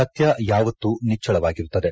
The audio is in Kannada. ಸತ್ತ ಯಾವತ್ತು ನಿಚ್ಚಳವಾಗಿರುತ್ತದೆ